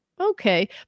Okay